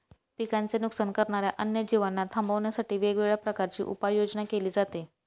पिकांचे नुकसान करणाऱ्या अन्य जीवांना थांबवण्यासाठी वेगवेगळ्या प्रकारची उपाययोजना केली जाते